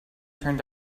turned